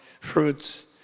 fruits